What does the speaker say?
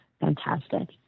fantastic